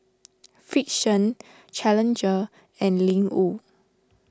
Frixion challenger and Ling Wu